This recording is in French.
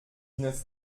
neuf